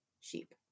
sheep